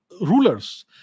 rulers